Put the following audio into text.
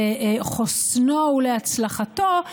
לחוסנו ולהצלחתו,